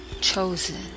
chosen